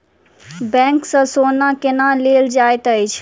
bank सँ सोना केना लेल जाइत अछि